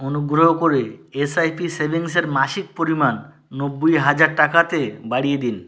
অনুগ্রহ করে এসআইপি সেভিংসের মাসিক পরিমাণ নব্বই হাজার টাকাতে বাড়িয়ে দিন